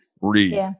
read